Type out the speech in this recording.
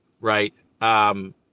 Right